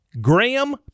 Graham